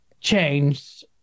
changed